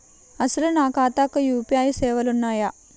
అసలు నా ఖాతాకు యూ.పీ.ఐ సేవలు ఉన్నాయా?